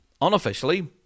unofficially